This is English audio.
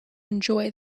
enjoy